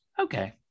Okay